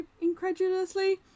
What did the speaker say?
incredulously